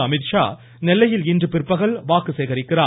அமீத்ஷா நெல்லையில் இன்று பிற்பகல் வாக்கு சேகரிக்கிறார்